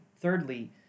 thirdly